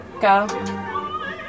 Go